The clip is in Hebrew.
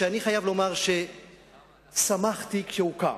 שאני חייב לומר ששמחתי כשהוקם.